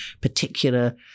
particular